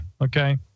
Okay